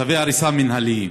צווי הריסה מינהליים.